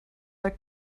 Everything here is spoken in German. der